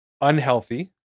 unhealthy